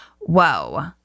whoa